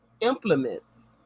implements